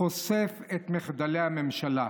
חושף את מחדלי הממשלה: